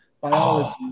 biology